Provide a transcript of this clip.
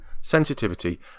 Sensitivity